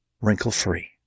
wrinkle-free